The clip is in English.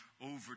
over